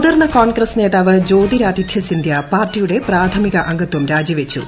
മുതിർന്ന കോൺഗ്ര്സ്ട് നേതാവ് ജ്യോതിരാദിത്യ സിന്ധ്യ പാർട്ടിയുടെ പ്രാഥമിക്കാംഗത്വം രാജിവച്ചു